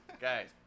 Guys